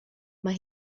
mae